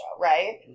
right